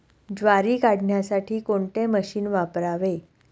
ज्वारी काढण्यासाठी कोणते मशीन वापरावे?